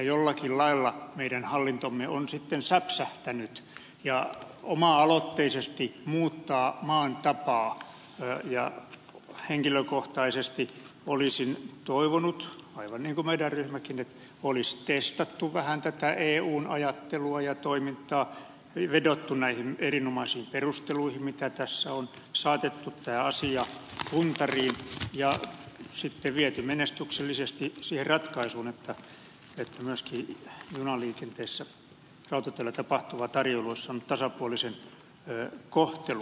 jollakin lailla meidän hallintomme on sitten säpsähtänyt ja oma aloitteisesti muuttaa maan tapaa ja henkilökohtaisesti olisin toivonut aivan niin kuin meidän ryhmämmekin että olisi testattu vähän tätä eun ajattelua ja toimintaa vedottu näihin erinomaisiin perusteluihin mitä tässä on saatettu tämä asia puntariin ja sitten viety menestyksellisesti siihen ratkaisuun että myöskin junaliikenteessä rautateillä tapahtuva tarjoilu olisi saanut tasapuolisen kohtelun